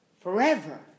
forever